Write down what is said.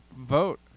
vote